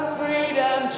freedom